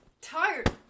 Tired